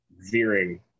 veering